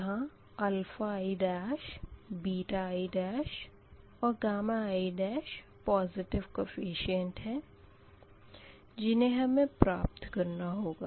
यहाँ i i and i positive coefficient है जिन्हें हमें प्राप्त करना होगा